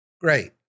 great